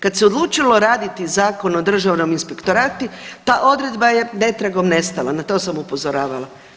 Kad se odlučilo raditi Zakon o državnom inspektoratu ta odredba je netragom nestala, na to sam upozoravala.